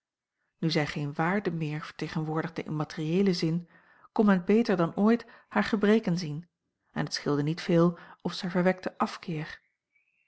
zij geene waarde meer vertegenwoordigde in materieelen zin kon men beter dan ooit hare gebreken zien en het scheelde niet veel of zij verwekte afkeer